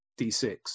D6